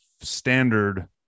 standard